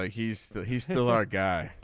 ah he's he's still our guy.